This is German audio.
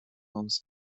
aus